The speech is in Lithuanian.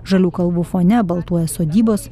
žalių kalvų fone baltuoja sodybos